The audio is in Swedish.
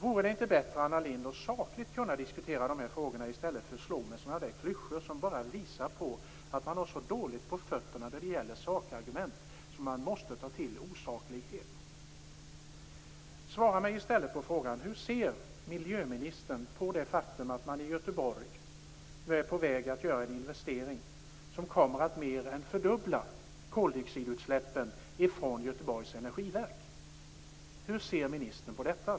Vore det inte bättre, Anna Lindh, att sakligt diskutera dessa frågor i stället för att slå till med klyschor som bara visar att man har så dåligt på fötterna när det gäller sakargument att man måste ta till osakligheter? Svara mig i stället på följande fråga. Hur ser miljöministern på det faktum att man i Göteborg nu är på väg att göra en investering som kommer att mer än fördubbla koldioxidutsläppen från Göteborgs Energiverk? Hur ser ministern på detta?